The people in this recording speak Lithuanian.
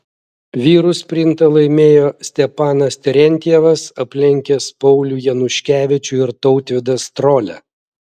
vyrų sprintą laimėjo stepanas terentjevas aplenkęs paulių januškevičių ir tautvydą strolią